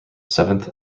seventh